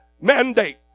mandate